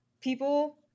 people